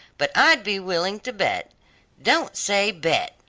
but i'd be willing to bet don't say bet,